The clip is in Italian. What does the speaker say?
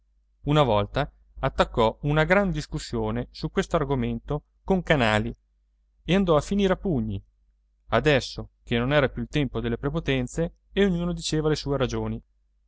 una volta attaccò una gran discussione su quest'argomento con canali e andò a finire a pugni adesso che non era più il tempo delle prepotenze e ognuno diceva le sue ragioni